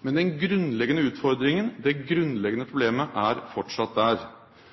Men den grunnleggende utfordringen, det grunnleggende problemet, er fortsatt der.